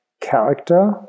character